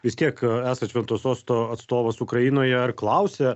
vis tiek esat šventojo sosto atstovas ukrainoje ar klausė